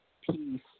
peace